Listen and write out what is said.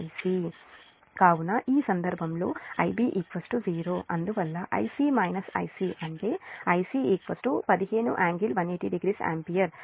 కాబట్టి ఈ సందర్భంలోIb 0 అందువల్ల Ic Ic అంటే Ic 15 ∟1800ఆంపియర్